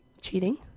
cheating